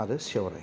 आरो सेवराइ